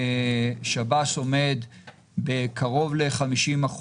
שב"ס עומד על קרוב ל-50%,